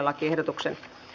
lakiehdotuksen